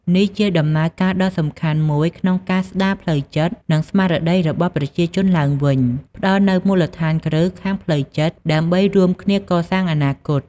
នេះជាដំណើរការដ៏សំខាន់មួយក្នុងការស្ដារផ្លូវចិត្ត និងស្មារតីរបស់ប្រជាជនឡើងវិញ ផ្តល់នូវមូលដ្ឋានគ្រឹះខាងផ្លូវចិត្តដើម្បីរួមគ្នាកសាងអនាគត។